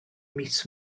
mis